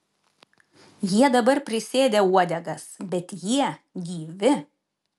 jie dabar prisėdę uodegas bet jie gyvi